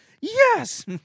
Yes